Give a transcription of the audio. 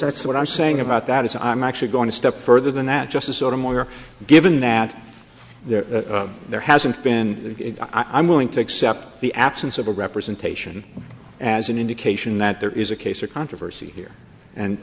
that's what i'm saying about that is i'm actually going to step further than that just sort of more given that there hasn't been a i'm willing to accept the absence of a representation as an indication that there is a case or controversy here